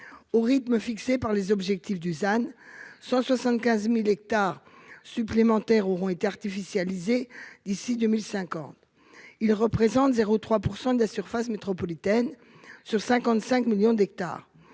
Au rythme fixé par les objectifs du ZAN, 175 000 hectares supplémentaires auront été artificialisés d'ici à 2050, soit 0,3 % de la surface métropolitaine, qui s'étend sur 55 millions d'hectares.